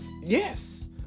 Yes